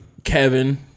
Kevin